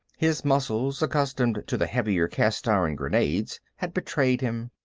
his muscles, accustomed to the heavier cast-iron grenades, had betrayed him.